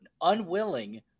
unwilling